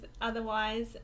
otherwise